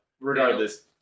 regardless